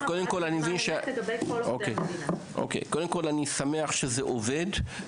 קודם כל, אני שמח שזה עובד.